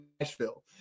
nashville